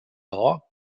law